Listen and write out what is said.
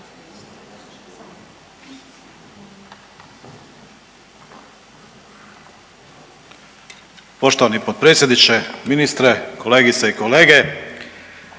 Poštovani potpredsjedniče, ministre, kolegice i kolege.